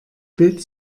bild